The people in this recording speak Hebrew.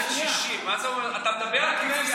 פעם שנייה אני קורא אותך לסדר,